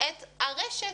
את הרשת